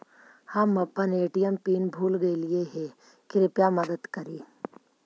हम अपन ATM pin भूल गईली हे, कृपया मदद करी